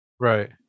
Right